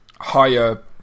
higher